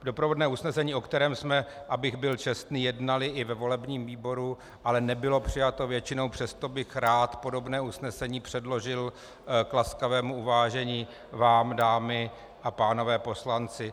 Doprovodné usnesení, o kterém jsme abych byl čestný jednali i ve volebním výboru, ale nebylo přijato většinou, přesto bych rád podobné usnesení předložil k laskavému uvážení vám, dámy a pánové poslanci.